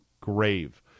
grave